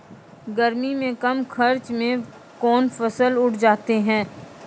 गर्मी मे कम खर्च मे कौन फसल उठ जाते हैं?